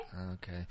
Okay